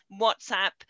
whatsapp